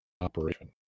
operation